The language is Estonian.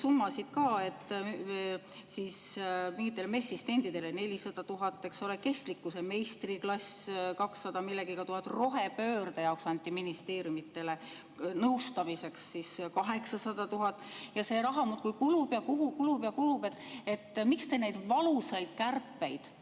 summasid ka: mingitele messistendidele 400 000, eks ole, kestlikkuse meistriklass on 200 000 millegagi, rohepöörde jaoks anti ministeeriumidele nõustamiseks 800 000. Ja see raha muudkui kulub ja kulub ja kulub. Miks te neid valusaid kärpeid